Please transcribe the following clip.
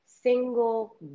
single